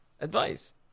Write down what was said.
advice